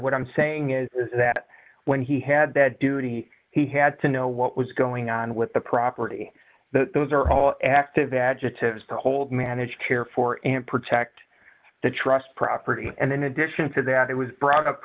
what i'm saying is that when he had that duty he had to know what was going on with the property that those are all active adjectives to hold manage care for and protect the trust property and then addition to that it was brought up